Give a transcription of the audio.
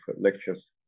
lectures